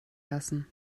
lassen